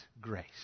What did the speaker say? grace